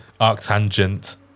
Arctangent